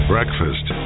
Breakfast